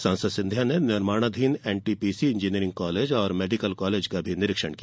सांसद सिंधिया ने निर्माणधीन एनटीपीसी इंजीनियरिंग कॉलेज व मेडिकल कॉलेज का भी निरीक्षण किया